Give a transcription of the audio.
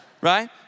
Right